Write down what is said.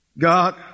God